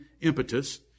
impetus